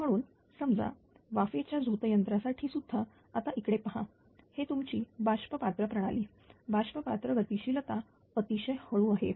तर म्हणूनच समजा वाफेच्या ग् झोत यंत्रासाठी सुद्धाआता इकडे पहा हे तुमची बाष्प पात्र प्रणाली बाष्प पात्र गतिशीलता अतिशय हळू आहे